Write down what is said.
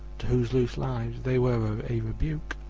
to whose loose lives they were a rebuke,